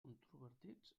controvertits